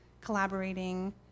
collaborating